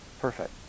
perfect